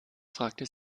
fragte